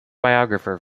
biographer